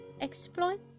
exploit